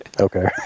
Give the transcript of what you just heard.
okay